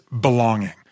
belonging